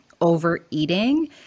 overeating